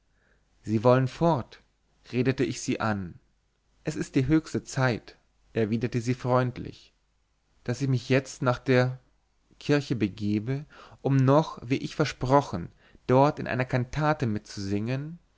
sie wollen fort redete ich sie an es ist die höchste zeit erwiderte sie sehr freundlich daß ich mich jetzt nach der kirche begebe um noch wie ich versprochen dort in einer kantate mitzusingen